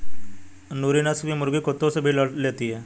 नूरी नस्ल की मुर्गी कुत्तों से भी लड़ लेती है